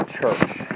Church